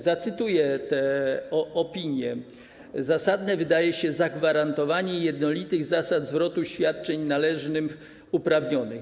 Zacytuję te opinie: zasadne wydaje się zagwarantowanie jednolitych zasad zwrotu świadczeń należnych uprawnionym.